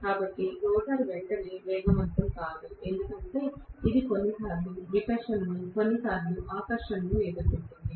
కాబట్టి రోటర్ వెంటనే వేగవంతం కాదు ఎందుకంటే ఇది కొన్నిసార్లు వికర్షణను కొన్నిసార్లు ఆకర్షణను ఎదుర్కొంటుంది